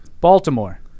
Baltimore